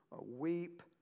weep